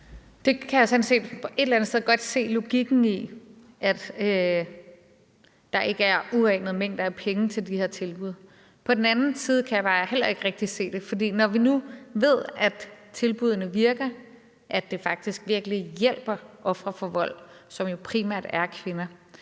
et eller andet sted godt se logikken i, at der ikke er uanede mængder af penge til de her tilbud. På den anden side kan jeg bare heller ikke rigtig se det. For når vi nu ved, at tilbuddene virker; at det faktisk virkelig hjælper ofre for vold, som jo primært er kvinder,